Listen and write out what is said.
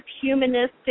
humanistic